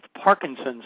Parkinson's